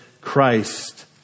Christ